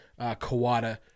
Kawada